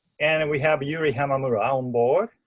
and and we have yuri hamamura on board,